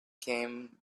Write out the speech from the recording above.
came